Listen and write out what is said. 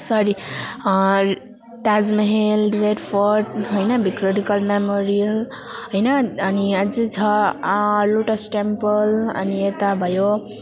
sorry Taj Mahal Red Fort होइन Victoria Memorial होइन अनि अझ छ लोटस टेम्पल अनि यता भयो